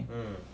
mm